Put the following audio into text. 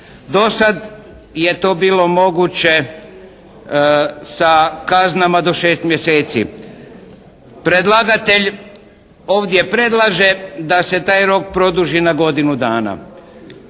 Do sad je to bilo moguće sa kaznama do 6 mjeseci. Predlagatelj ovdje predlaže da se taj rok produži na godinu dana.